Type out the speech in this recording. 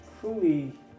fully